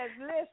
listen